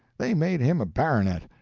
they made him a baronet,